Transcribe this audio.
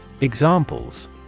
Examples